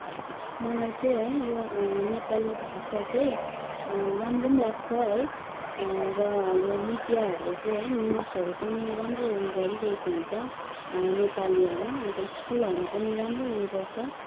मलाई चाहिँ है यो नेपाली भाषा चाहिँ राम्रो पनि लाग्छ है र यो मिडियाहरूले चाहिँ है न्युजहरू पनि राम्रो उयो गरिरहेको हुन्छ नेपालीहरूमा अन्त स्कुलहरूमा पनि राम्रो उयो गर्छ